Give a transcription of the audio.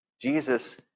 Jesus